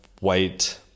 white